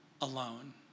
alone